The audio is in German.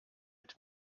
mit